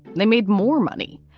they made more money,